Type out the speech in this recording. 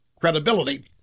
credibility